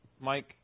Mike